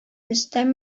рөстәм